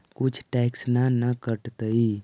कुछ टैक्स ना न कटतइ?